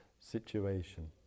situation